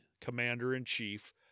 commander-in-chief